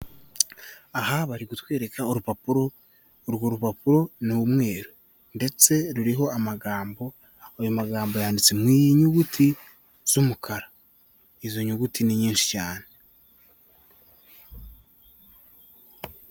Aha bari kutwereka urupapuro, urwo rupapuro ni umweru ndetse ruriho amagambo, ayo magambo yanditse mu nyuguti z'umukara, izo nyuguti ni nyinshi cyane.